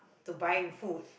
to buying food